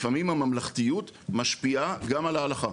לפעמים הממלכתיות משפיעה גם על ההלכה.